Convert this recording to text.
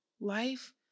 Life